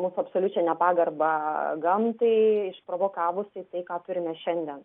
mūsų absoliučią nepagarbą gamtai išprovokavusį tai ką turime šiandien